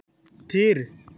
ᱛᱷᱤᱨ